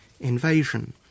invasion